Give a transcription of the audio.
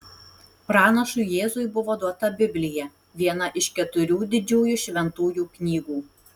pranašui jėzui buvo duota biblija viena iš keturių didžiųjų šventųjų knygų